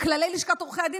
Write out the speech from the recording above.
כללי לשכת עורכי הדין,